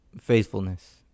Faithfulness